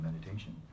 meditation